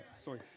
Sorry